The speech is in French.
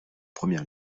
premier